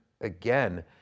again